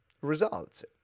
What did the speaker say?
results